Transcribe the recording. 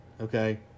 okay